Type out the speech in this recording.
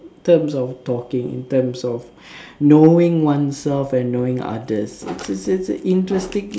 in terms of talking in terms of knowing oneself and knowing others its its interesting